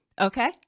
Okay